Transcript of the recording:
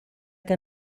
que